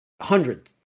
hundreds